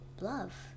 love